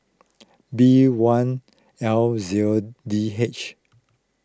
B one L zero D H